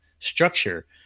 structure